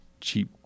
cheap